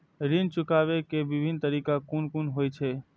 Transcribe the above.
ऋण चुकाबे के विभिन्न तरीका कुन कुन होय छे?